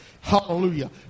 hallelujah